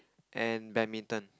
and badminton